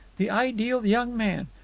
the ideal young man.